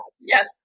Yes